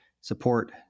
support